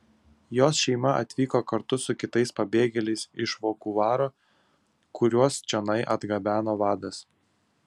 jos šeima atvyko kartu su kitais pabėgėliais iš vukovaro kuriuos čionai atgabeno vadas